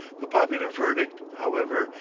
the popular verdict, however,